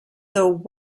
though